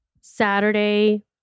Saturday